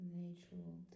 natural